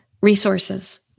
resources